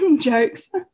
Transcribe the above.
jokes